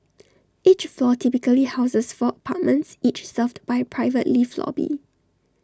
each floor typically houses four apartments each served by A private lift lobby